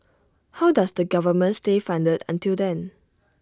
how does the government stay funded until then